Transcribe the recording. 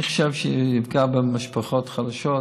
אני חושב שזה יפגע במשפחות החלשות,